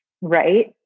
right